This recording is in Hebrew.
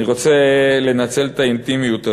אני רוצה לנצל את האינטימיות הזאת,